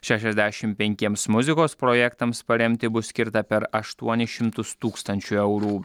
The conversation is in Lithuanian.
šešiasdešim penkiems muzikos projektams paremti bus skirta per aštuonis šimtus tūkstančių eurų